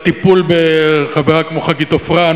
בטיפול בחברה כמו חגית עופרן,